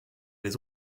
les